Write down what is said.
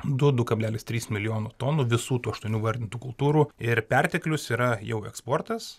du du kablelis tris milijonų tonų visų tų aštuonių vardintų kultūrų ir perteklius yra jau eksportas